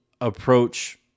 approach